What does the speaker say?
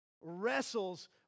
wrestles